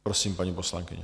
Prosím, paní poslankyně.